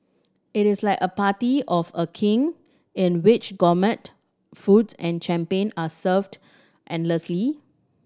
it is like a party of a King in which gourmet foods and champion are served endlessly